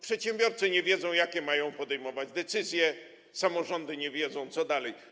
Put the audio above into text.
Przedsiębiorcy nie wiedzą, jakie mają podejmować decyzje, a samorządy nie wiedzą, co dalej.